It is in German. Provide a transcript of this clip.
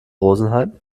rosenheim